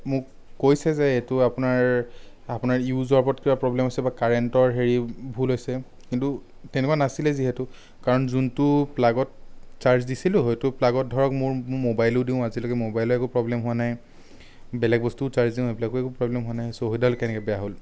মোক কৈছে যে এইটো আপোনাৰ আপোনাৰ ইউজৰ ওপৰত কিবা প্ৰব্লেম আছে বা কাৰেন্টৰ হেৰি ভুল হৈছে কিন্তু তেনেকুৱা নাছিলে যিহেতু কাৰণ যোনটো প্লাগত চাৰ্জ দিছিলোঁ সেইটো প্লাগত ধৰক মোৰ মোৰ ম'বাইলো দিওঁ আজিলৈকে ম'বাইলৰ একো প্ৰব্লেম হোৱা নাই বেলেগ বস্তুও চাৰ্জ দিওঁ সেইবিলাকো একো প্ৰব্লেম হোৱা নাই চ' সেইডাল কেনেকৈ বেয়া হ'ল